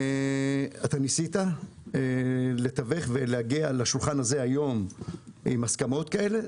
אתה ניסית לתווך ולהגיע לשולחן הזה היום עם הסכמות כאלה,